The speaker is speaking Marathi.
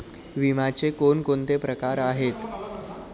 विम्याचे कोणकोणते प्रकार आहेत?